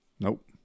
Nope